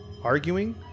Arguing